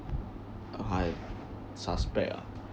I suspect ah